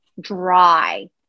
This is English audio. dry